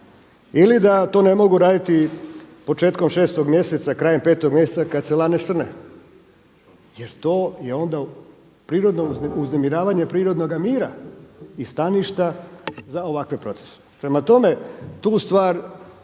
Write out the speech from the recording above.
ili da to ne mogu raditi početkom 6. mjeseca krajem 5. kada se lane srne jer to je onda uznemiravanje prirodnoga mira i staništa za ovakve procese. Prema tome, tu stvar